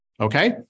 Okay